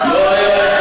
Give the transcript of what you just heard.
לא לא,